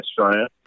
Australia